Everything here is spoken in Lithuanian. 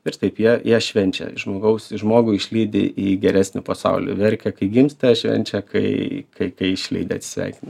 ir taip jie jie švenčia žmogaus žmogų išlydi į geresnį pasaulį verkia kai gimsta švenčia kai kai kai išlydi atsisveikina